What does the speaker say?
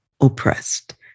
oppressed